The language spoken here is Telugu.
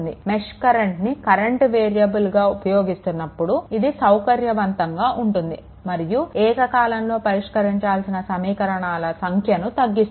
మెష్ కరెంట్ను సర్క్యూట్ వేరియబుల్స్గా ఉపయోగిస్తున్నప్పుడు ఇది సౌకర్యవంతంగా ఉంటుంది మరియు ఏకకాలంలో పరిష్కరించాల్సిన సమీకరణాల సంఖ్యను తగ్గిస్తుంది